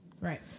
Right